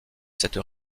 cette